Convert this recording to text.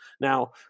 Now